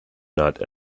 not